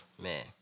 man